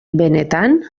benetan